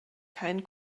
kein